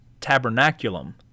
tabernaculum